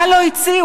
מה לא הציעו?